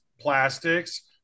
plastics